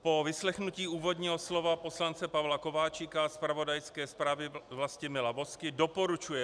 Po vyslechnutí úvodního slova poslance Pavla Kováčika a zpravodajské zprávy Vlastimila Vozky doporučuje